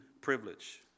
privilege